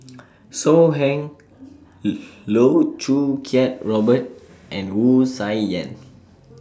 So Heng Loh Choo Kiat Robert and Wu Tsai Yen